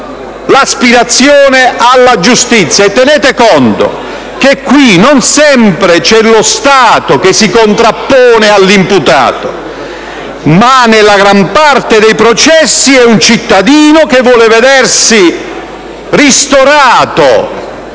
l'aspirazione alla giustizia. Tenete conto che non sempre è lo Stato che si contrappone all'imputato: nella gran parte dei processi è un cittadino che vuole vedere ristorato